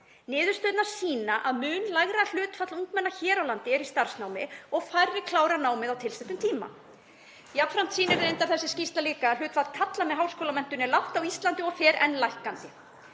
Niðurstöðurnar sýna að mun lægra hlutfall ungmenna hér á landi er í starfsnámi og færri hafa klárað námið á tilsettum tíma. Jafnframt sýnir þessi skýrsla að hlutfall karla með háskólamenntun er lágt á Íslandi og fer enn lækkandi.